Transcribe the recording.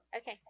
Okay